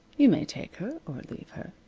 you may take her or leave her.